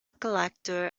collector